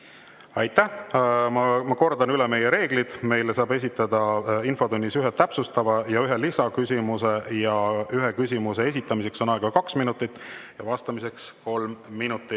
Aitäh! Ma kordan üle meie reeglid: infotunnis saab esitada ühe täpsustava ja ühe lisaküsimuse ning ühe küsimuse esitamiseks on aega kaks minutit ja vastamiseks kolm minutit.